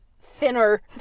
thinner